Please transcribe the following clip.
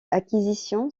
acquisition